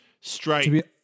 straight